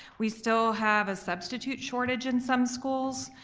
we still have a substitute shortage in some schools.